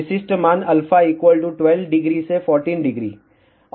विशिष्ट मान α 120 से 140 डिग्री